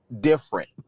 different